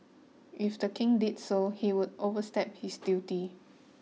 if the king did so he would overstep his duty